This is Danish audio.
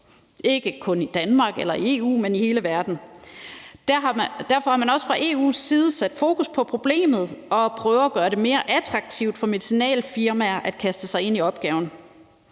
ikke kun i Danmark eller i EU, men i hele verden. Derfor har man også fra EU's side sat fokus på problemet og prøvet at gøre det mere attraktivt for medicinalfirmaer at kaste sig ind i opgaven.